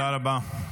תודה רבה.